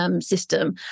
System